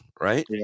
right